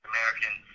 American